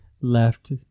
left